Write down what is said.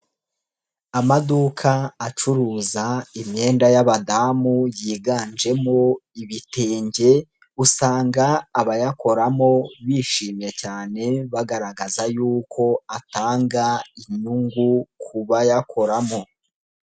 Amaduka acuruza imyenda y'abadamu yiganjemo ibitenge, usanga abayakoramo bishimye cyane bagaragaza yuko atanga inyungu ku bayakoramo.